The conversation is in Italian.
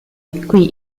qui